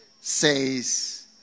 says